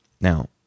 Now